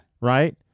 Right